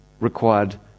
required